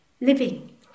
living